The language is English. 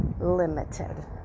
limited